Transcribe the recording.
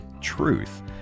truth